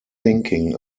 thinking